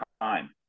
time